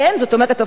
זאת אומרת הפוך,